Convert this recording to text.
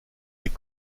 est